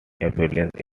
affluent